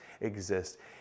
exist